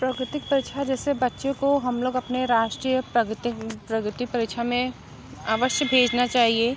प्राकृतिक परीक्षा जैसे बच्चे को हम लोग अपने राष्ट्रीय प्रगति प्रगति परीक्षा में अवश्य भेजना चाहिए